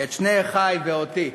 את שני אחי ואותי.